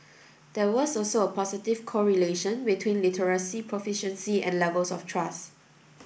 there was also a positive correlation between literacy proficiency and levels of trust